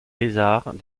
lézards